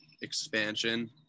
expansion